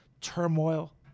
turmoil